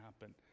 happen